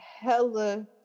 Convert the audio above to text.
Hella